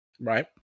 Right